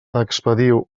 expediu